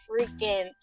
freaking